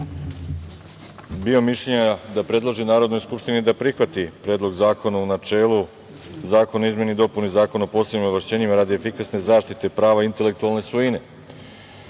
bio mišljenja da predloži Narodnoj skupštini da prihvati predlog zakona u načelu, Predlog zakona o izmeni i dopuna Zakona o posebnim ovlašćenjima radi efikasne zaštite prava intelektualne svojine. Obično